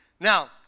Now